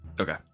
Okay